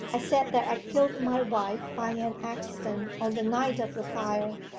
i said that i killed my wife by an accident on the night of the fire,